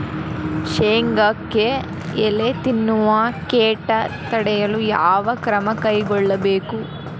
ಶೇಂಗಾಕ್ಕೆ ಎಲೆ ತಿನ್ನುವ ಕೇಟ ತಡೆಯಲು ಯಾವ ಕ್ರಮ ಕೈಗೊಳ್ಳಬೇಕು?